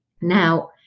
Now